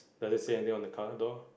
does it say anything on the car door